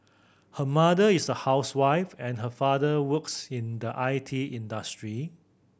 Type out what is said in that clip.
her mother is a housewife and her father works in the I T industry